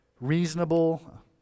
reasonable